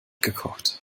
gekocht